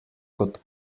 kot